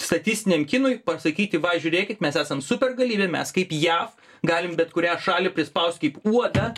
statistiniam kinui pasakyti va žiūrėkit mes esam supergalybė mes kaip jav galim bet kurią šalį prispaust kaip uodą